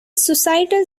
suicidal